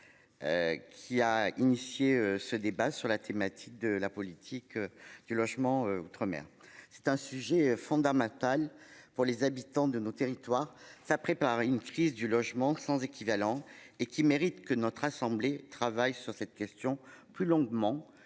Qui a initié ce débat sur la thématique de la politique du logement outre-mer c'est un sujet fondamental pour les habitants de nos territoires ça prépare une crise du logement sans équivalent et qui méritent que notre assemblée travaille sur cette question plus longuement